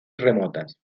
remotas